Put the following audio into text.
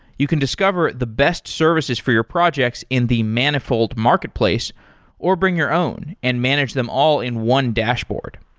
you can discover the best services for your projects in the manifold marketplace or bring your own and manage them all in one dashboard.